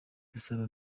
dusabe